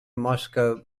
moscow